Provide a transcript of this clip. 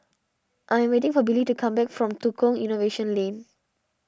I'm waiting for Billy to come back from Tukang Innovation Lane